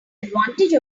advantage